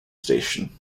station